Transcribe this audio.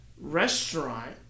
restaurant